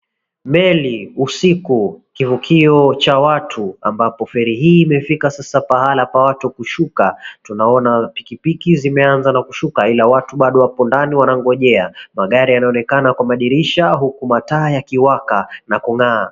Meli, usiku, kivukio cha watu ambapo feri hii imefika sasa pahala pa watu kushuka. Tunaona pikipiki zimeanza na kushuka ila watu bado wako ndani wanagonjea. Magari yanaonekana kwa dirisha huku mataa yakiwaka na kung'aa.